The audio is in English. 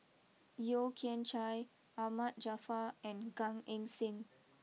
Yeo Kian Chai Ahmad Jaafar and Gan Eng Seng